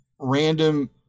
random